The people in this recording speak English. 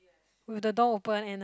with the door open and a